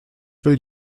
will